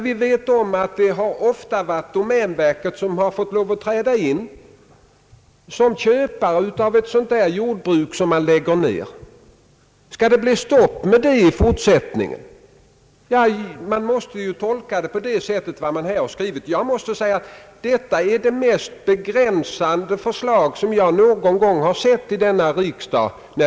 Vi vet ju att det ofta har varit domän verket som fått lov att träda in som köpare av ett jordbruk som läggs ned. Skall det bli stopp för detta i fortsättningen? Det som skrivits här av utskottsmajoriteten måste tolkas på det sättet. Jag måste säga att detta förslag innebär den största begränsning för domänverkets verksamhet som jag någonsin har sett i riksdagen.